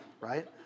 Right